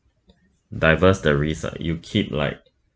diverse the risk lah you keep like